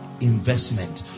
investment